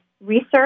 research